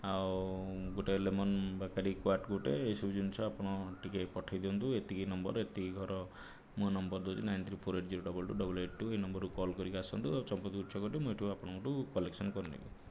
ଆଉ ଗୋଟିଏ lemon Bacardi quart ଗୋଟିଏ ଏହି ସବୁ ଜିନିଷ ଆପଣ ଟିକିଏ ପଠେଇ ଦିଅନ୍ତୁ ଏତିକି ନମ୍ବର ଏତିକି ଘର ମୋ' ନମ୍ବର ଦେଉଛି nine three four eight zero double two double eight two ଏହି ନମ୍ବର ରେ କଲ୍ କରିକି ଆସନ୍ତୁ ଛକ ଠି ମୁଁ ଏଇଠି ଆପଣଙ୍କ ଠାରୁ କଲେକ୍ସନ୍ କରିନେବି